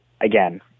again